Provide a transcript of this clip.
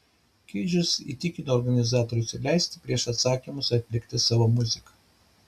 keidžas įtikino organizatorius leisti prieš atsakymus atlikti savo muziką